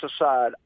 aside